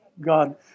God